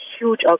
huge